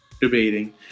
debating